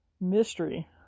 mystery